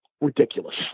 Ridiculous